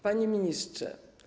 Panie Ministrze!